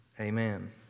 Amen